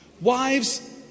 Wives